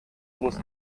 muss